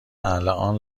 الان